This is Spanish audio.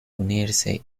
unirse